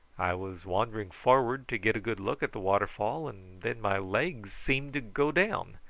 i was wandering forward to get a good look at the waterfall, and then my legs seemed to go down.